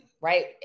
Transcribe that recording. right